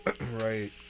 right